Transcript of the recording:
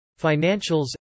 Financials